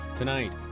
Tonight